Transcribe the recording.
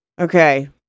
Okay